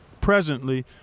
Presently